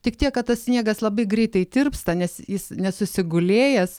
tik tiek kad tas sniegas labai greitai tirpsta nes jis nesusigulėjęs